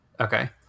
Okay